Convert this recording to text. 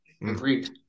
Agreed